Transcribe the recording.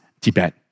Tibet